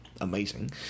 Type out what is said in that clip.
amazing